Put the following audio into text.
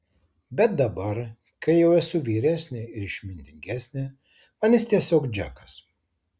bet dabar kai jau esu vyresnė ir išmintingesnė man jis tiesiog džekas